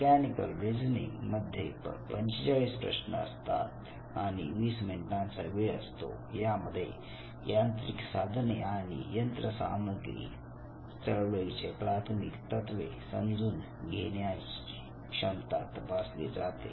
mechanical reasoning मध्ये 45 प्रश्न आणि 20 मिनिटांचा वेळ असतो यामध्ये यांत्रिक साधने आणि यंत्रसामग्री चळवळीचे प्राथमिक तत्त्वे समजून घेण्याची क्षमता तपासली जाते